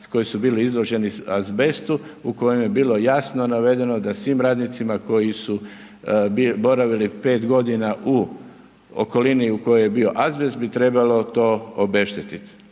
koji su bili izloženi azbestu u kojem je bilo jasno navedeno da svim radnicima koji su boravili 5 godina u okolini u kojoj je bio azbest, bi trebalo to obeštetiti.